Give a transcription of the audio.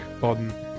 button